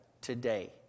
today